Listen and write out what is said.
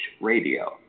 Radio